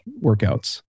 workouts